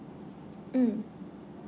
mm